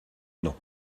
non